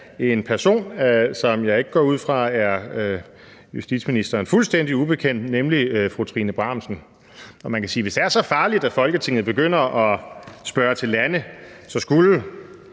en person, som jeg ikke går ud fra er justitsministeren fuldstændig ubekendt, nemlig fru Trine Bramsen. Og man kan sige, at hvis det er så farligt, at Folketinget begynder at spørge til lande, skulle